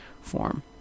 form